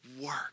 work